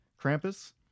Krampus